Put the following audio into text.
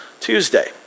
Tuesday